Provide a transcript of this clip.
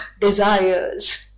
desires